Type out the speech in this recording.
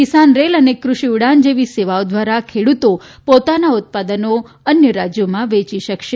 કિસાન rail અને કૃષિ ઉડાન જેવી સેવાઓ દ્વારા ખેડૂતો પોતાના ઉત્પાદનો અન્ય રાજ્યોમાં વેચી શકાશે